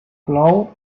plou